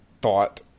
thought